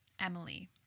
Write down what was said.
Emily